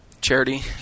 Charity